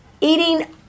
eating